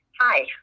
Hi